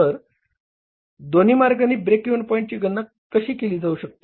तर दोन्ही मार्गांनी ब्रेक इव्हन पॉईंटची गणना केली जाऊ शकते